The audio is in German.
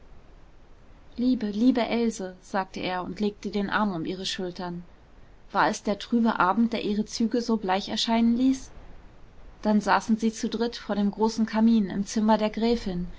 liebe liebe else sagte er und legte den arm um ihre schultern war es der trübe abend der ihre züge so bleich erscheinen ließ dann saßen sie zu dritt vor dem großen kamin im zimmer der gräfin